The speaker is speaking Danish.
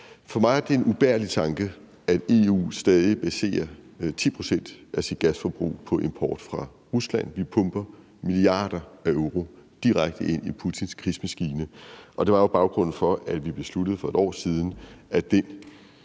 For mig er det en ubærlig tanke, at EU stadig baserer 10 pct. af sit gasforbrug på import fra Rusland. Vi pumper milliarder af euro direkte ind i Putins krigsmaskine, og det var jo baggrunden for, at vi for et år siden